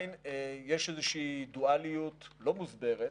עדיין יש איזושהי דואליות לא מוסברת,